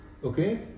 Okay